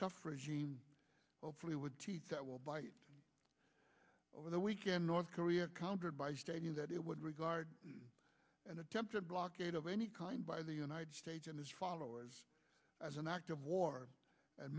tough regime hopefully with teeth that will bite over the weekend north korea countered by stating that it would regard an attempted blockade of any kind by the united states and its followers as an act of war and